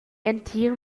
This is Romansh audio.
entir